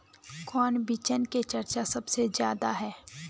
कौन बिचन के चर्चा सबसे ज्यादा है?